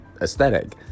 aesthetic